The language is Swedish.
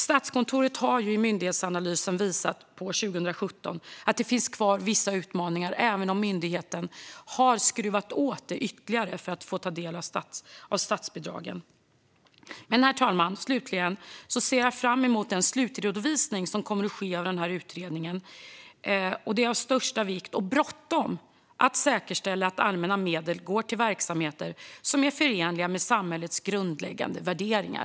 Statskontoret visade i myndighetsanalysen 2017 att vissa utmaningar finns kvar även om myndigheten ytterligare har skruvat åt villkoren för att få ta del av statsbidragen. Herr talman! Jag ser fram emot slutredovisningen av utredningen. Det är av största vikt och bråttom att säkerställa att allmänna medel går till verksamheter som är förenliga med samhällets grundläggande värderingar.